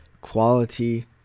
quality